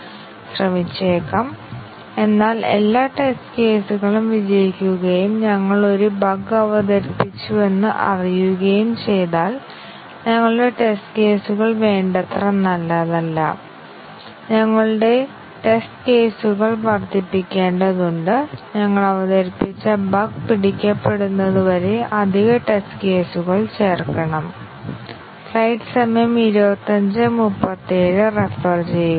ഒരു കോഡിനായുള്ള മക് കേബിന്റെ മെട്രിക് സൂചിപ്പിക്കുന്നത് കോഡ് പരീക്ഷിച്ചതിനുശേഷം അതിൽ എത്ര പിശകുകൾ പ്രവർത്തിക്കുമെന്ന് ആ കോഡിൽ എത്ര പിശകുകൾ ഉണ്ടാകുമെന്നത് സൂചിപ്പിക്കുന്നത് ഈ കോഡ് ഒരു മൂന്നാം വ്യക്തിക്ക് എത്ര പരിശ്രമം നൽകിയെന്ന് സൂചിപ്പിക്കുന്നു അവൻ കോഡ് മനസ്സിലാക്കണം